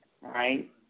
Right